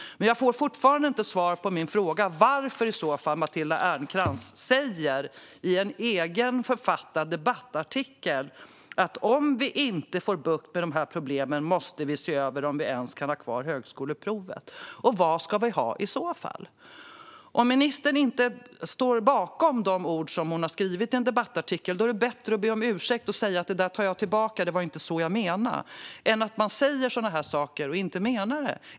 Men jag får fortfarande inte svar på min fråga varför Matilda Ernkrans då i en egenförfattad debattartikel säger att om vi inte får bukt med de här problemen måste vi se över om vi ens kan ha kvar högskoleprovet, och vad vi i så fall ska ha. Om ministern inte står bakom de ord hon skrivit i debattartikeln är det bättre att be om ursäkt och säga att hon tar tillbaka och att det inte var så hon menade än att säga sådana här saker och inte mena dem.